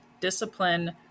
discipline